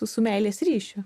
su meilės ryšiu